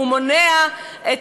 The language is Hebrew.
והוא מונע את